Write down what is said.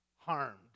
harmed